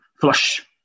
flush